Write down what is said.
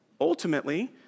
Ultimately